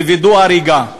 ווידאו הריגה.